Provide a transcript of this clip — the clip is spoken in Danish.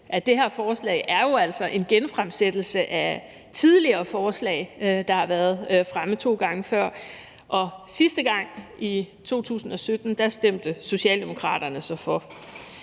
det her forslag jo altså er en genfremsættelse af tidligere forslag, der har været fremme to gange før, og sidste gang, i 2017, stemte Socialdemokraterne for.